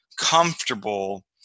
comfortable